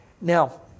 Now